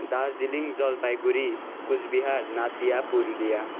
Darjeeling Jalpaiguri Coochbehar Nadia Purulia